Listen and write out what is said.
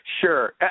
Sure